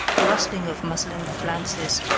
a rustling of muslin flounces,